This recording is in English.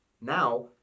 Now